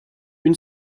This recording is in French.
une